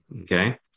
okay